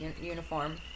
uniform